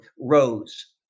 Rose